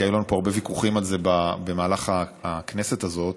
כי היו לנו פה הרבה ויכוחים על זה במהלך הכנסת הזאת,